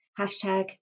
Hashtag